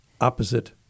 opposite